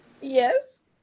Yes